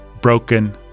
broken